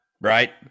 right